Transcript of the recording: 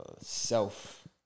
self